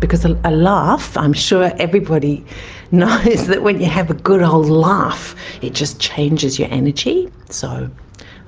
because a laugh, i'm sure everybody knows that when you have a good old laugh it just changes your energy. so